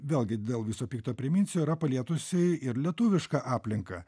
vėlgi dėl viso pikto priminsiu yra palietusi ir lietuvišką aplinką